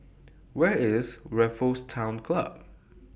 Where IS Raffles Town Club